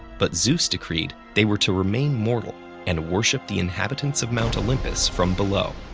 but zeus decreed they were too remain mortal and worship the inhabitants of mount olympus from below.